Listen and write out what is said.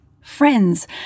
friends